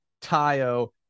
Tayo